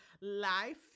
life